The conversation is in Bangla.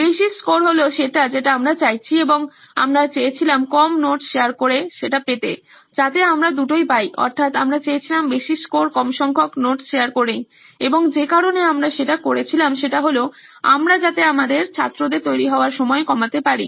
বেশি স্কোর হল সেটা যেটা আমরা চাইছি এবং আমরা চেয়েছিলাম কম নোট শেয়ার করে সেটা পেতে যাতে আমরা দুটোই পাই অর্থাৎ আমরা চেয়েছিলাম বেশি স্কোর কম সংখ্যক নোট শেয়ার করেই এবং যে কারণে আমরা সেটা করেছিলাম সেটা হলো আমরা যাতে আমাদের ছাত্রদের তৈরি হওয়ার সময় কমাতে পারি